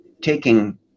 taking